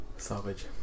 savage